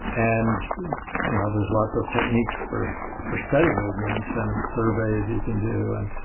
and you know there's lots of techniques for for studying ignorance and surveys you can do. and